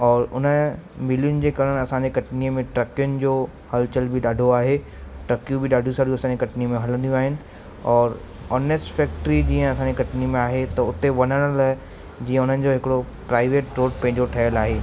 और उन मिलियुनि जे कारण असांजे कटनीअ में ट्रकियुनि जो हलचल बि ॾाढो आहे ट्रकियूं बि ॾाढियूं सारियूं असांजे कटनीअ में हलंदियूं आहिनि और ओनिस फैक्ट्री जीअं असांजे कटनीअ में आहे त उते वञण लाइ जीअं उन्हनि जो हिकिड़ो प्राइवेट रोड पंहिंजो ठहियल आहे